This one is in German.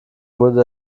wurde